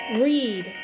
read